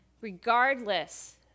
regardless